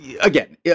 again